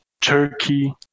Turkey